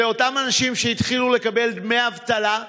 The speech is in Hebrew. אלה אותם אנשים שהתחילו לקבל דמי אבטלה,